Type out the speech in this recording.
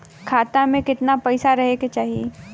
खाता में कितना पैसा रहे के चाही?